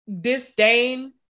Disdain